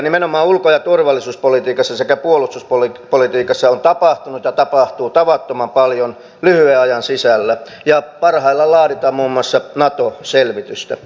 nimenomaan ulko ja turvallisuuspolitiikassa sekä puolustuspolitiikassa on tapahtunut ja tapahtuu tavattoman paljon lyhyen ajan sisällä ja parhaillaan laaditaan muun muassa nato selvitystä